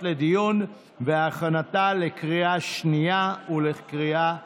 לדיון והכנה לקריאה השנייה ולקריאה השלישית.